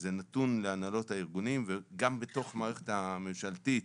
זה נתון להנהלות הארגונים וגם בתוך המערכת הממשלתית.